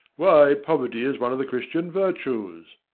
why, poverty is one of the christian virtues,